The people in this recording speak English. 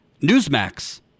Newsmax